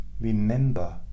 remember